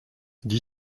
dix